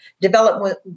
development